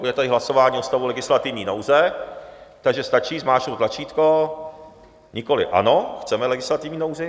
Bude tady hlasování o stavu legislativní nouze, takže stačí zmáčknout tlačítko nikoliv ano chceme legislativní nouzi.